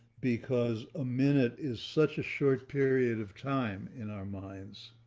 because a minute is such a short period of time in our minds,